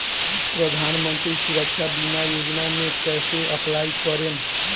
प्रधानमंत्री सुरक्षा बीमा योजना मे कैसे अप्लाई करेम?